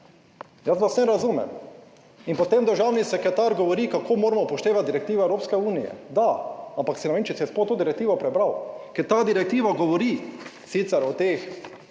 Jaz vas razumem. In potem državni sekretar govori, kako moramo upoštevati direktive Evropske unije. Da, ampak saj ne vem, če si sploh to direktivo prebral. Ker ta direktiva govori sicer o teh